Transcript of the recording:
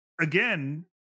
again